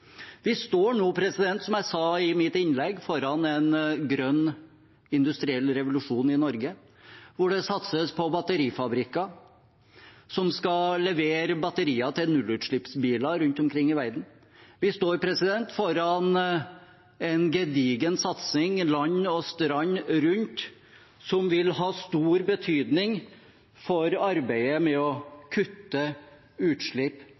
Vi står nå, som jeg sa i mitt innlegg, foran en grønn industriell revolusjon i Norge, hvor det satses på batterifabrikker som skal levere batterier til nullutslippsbiler rundt omkring i verden. Vi står foran en gedigen satsing land og strand rundt som vil ha stor betydning for arbeidet med å kutte utslipp